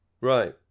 right